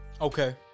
Okay